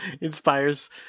inspires